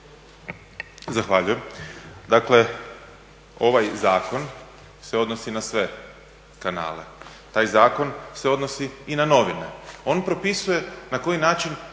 Zahvaljujem. Dakle, ovaj zakon se odnosi na sve kanale. Taj zakon se odnosi i na novine. On propisuje na koji način